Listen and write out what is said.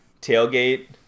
tailgate